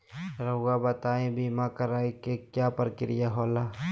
रहुआ बताइं बीमा कराए के क्या प्रक्रिया होला?